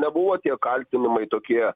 nebuvo tie kaltinimai tokie